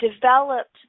developed